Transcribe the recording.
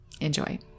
Enjoy